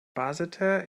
basseterre